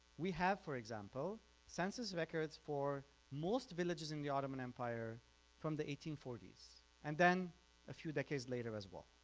we have for example census records for most villages in the ottoman empire from the eighteen forty s and then a few decades later as well